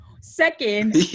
second